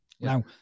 Now